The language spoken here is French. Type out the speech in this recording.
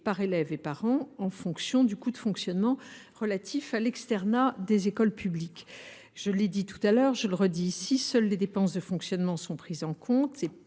par élève et par an en fonction du coût de fonctionnement de l’externat des écoles publiques. Je l’ai dit précédemment et je le répète, seules les dépenses de fonctionnement sont prises en compte,